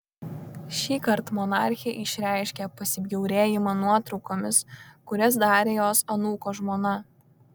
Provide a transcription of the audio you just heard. šįkart monarchė išreiškė pasibjaurėjimą nuotraukomis kurias darė jos anūko žmona